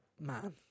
man